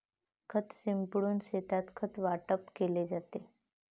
खत शिंपडून शेतात खत वाटप केले जाते